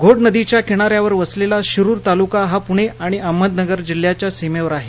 घोड नदीच्या किनाऱ्यावर वसलेला शिरुर तालुका हा पुणे आणि अहमदनगरला जिल्ह्याच्या सीमेवर आहे